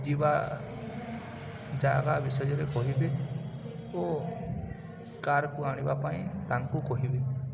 ଯିବା ଜାଗା ବିଷୟରେ କହିବେ ଓ କାର୍କୁ ଆଣିବା ପାଇଁ ତାଙ୍କୁ କହିବେ